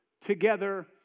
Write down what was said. together